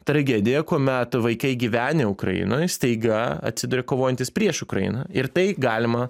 tragediją kuomet vaikai gyvenę ukrainoj staiga atsiduria kovojantys prieš ukrainą ir tai galima